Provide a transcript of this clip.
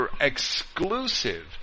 exclusive